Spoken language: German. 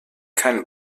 kein